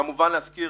כמובן נזכיר